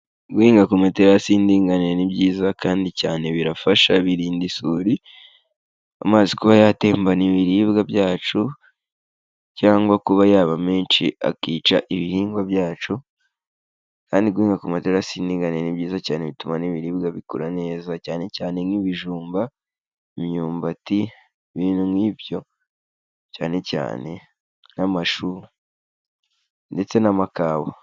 Guhinga ku materasi y'indingani ni byiza kandi cyane birafasha, birinda isuri, amazi kuba yatembana ibiribwa byacu, cyangwa kuba yaba menshi akica ibihingwa byacu, kandi guhinga ku amaterasi y'indinganire ni byiza cyane, bituma n'ibiribwa bikura neza, cyane cyane nk'ibijumba, imyumbati, ibintu nk'ibyo cyane cyane nk'amashu ndetse n'amakawa.